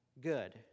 good